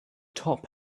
top